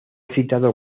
citado